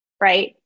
right